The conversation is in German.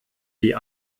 die